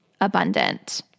abundant